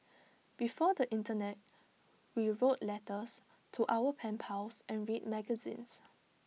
before the Internet we wrote letters to our pen pals and read magazines